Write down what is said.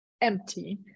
empty